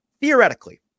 Theoretically